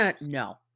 no